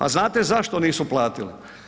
A znate zašto nisu platili?